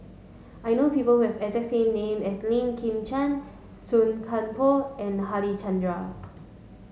I know people who have exact name as Lim Chwee Chian Song Koon Poh and Harichandra